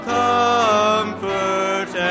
comfort